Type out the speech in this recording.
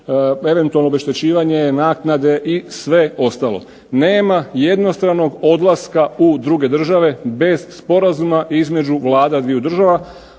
eventualno obeštećivanje, naknade i sve ostalo. Nema jednostranog odlaska u druge države bez sporazuma između vlada dviju država,